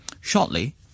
Shortly